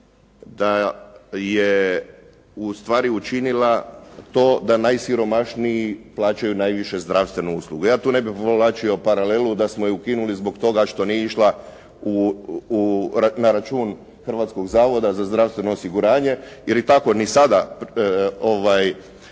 da je ustvari učinila to da najsiromašniji plaćaju najvišu zdravstvenu uslugu. Ja tu ne bih povlačio paralelu da smo je ukinuli zbog toga što nije išla na račun Hrvatskog zavoda za zdravstveno osiguranje, jer tako ni sada